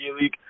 League